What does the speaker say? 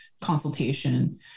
consultation